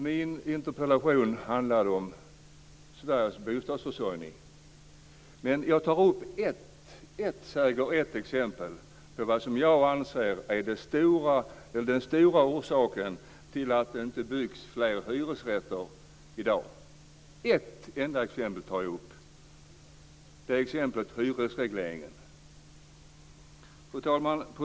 Min interpellation handlade om Sveriges bostadsförsörjning. Jag tog upp ett enda exempel på det som jag anser vara den stora orsaken till att det inte byggs fler hyresrätter i dag, och det är hyresregleringen. Fru talman!